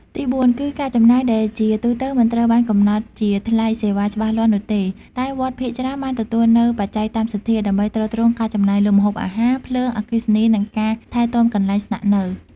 ទីបួនគឺ ការចំណាយ ដែលជាទូទៅមិនត្រូវបានកំណត់ជាថ្លៃសេវាច្បាស់លាស់នោះទេ តែវត្តភាគច្រើនបានទទួលនូវ បច្ច័យតាមសទ្ធា ដើម្បីទ្រទ្រង់ការចំណាយលើម្ហូបអាហារ ភ្លើង អគ្គិសនី និងការថែទាំកន្លែងស្នាក់នៅ។